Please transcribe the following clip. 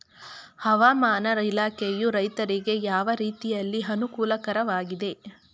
ಹವಾಮಾನ ಇಲಾಖೆಯು ರೈತರಿಗೆ ಯಾವ ರೀತಿಯಲ್ಲಿ ಅನುಕೂಲಕರವಾಗಿದೆ?